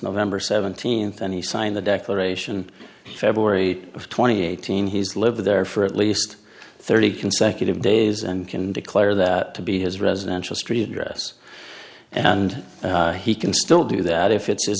november seventeenth and he signed the declaration february twenty eight hundred he's lived there for at least thirty consecutive days and can declare that to be his residential street address and he can still do that if it